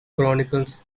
chronicles